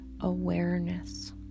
awareness